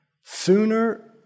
sooner